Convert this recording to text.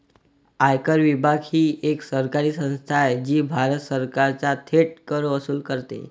आयकर विभाग ही एक सरकारी संस्था आहे जी भारत सरकारचा थेट कर वसूल करते